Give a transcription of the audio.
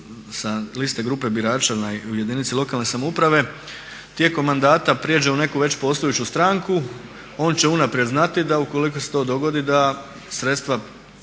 sa liste grupe birača u jedinici lokalne samouprave tijekom mandata prijeđe u neku već postojeću stranku on će unaprijed znati da ukoliko se to dogodi da sredstava